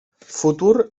futur